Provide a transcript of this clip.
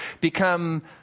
become